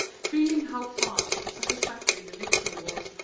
feeling how far from satisfactory the victory was,